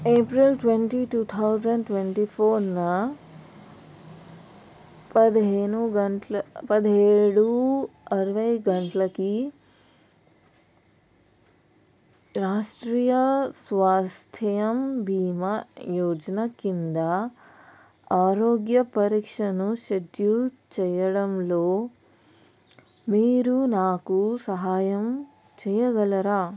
April twenty two thousand twenty ఫోర్న పదిహేను గంటల పదిహేడు అరవై గంటలకి రాష్ట్రీయ స్వాస్త్యమ్ భీమా యోజన క్రింద ఆరోగ్య పరీక్షను షెడ్యూల్ చేయడంలో మీరు నాకు సహాయం చేయగలరా